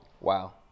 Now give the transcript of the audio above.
Wow